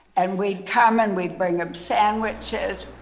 and we'd come and we'd bring him sandwiches.